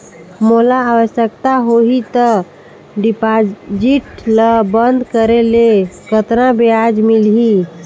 मोला आवश्यकता होही त डिपॉजिट ल बंद करे ले कतना ब्याज मिलही?